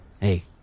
hey